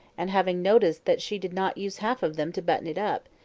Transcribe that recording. and having noticed that she did not use half of them to button it up,